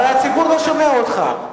הרי הציבור לא שומע אותך.